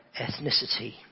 ethnicity